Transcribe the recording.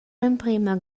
l’emprema